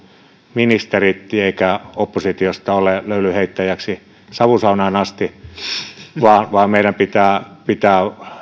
ministerit eikä oppositiosta ole löylynheittäjäksi savusaunaan asti meidän pitää pitää